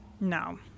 No